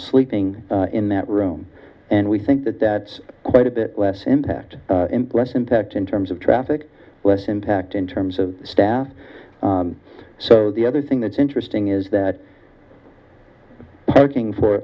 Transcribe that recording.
sleeping in that room and we think that that's quite a bit less impact less impact in terms of traffic less impact in terms of staff so the other thing that's interesting is that parking for